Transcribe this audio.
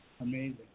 amazing